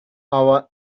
our